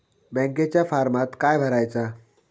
बँकेच्या फारमात काय भरायचा?